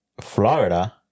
Florida